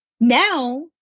Now